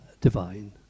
divine